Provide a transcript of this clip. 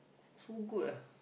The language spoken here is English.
so good ah